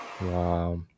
Wow